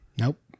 Nope